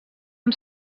amb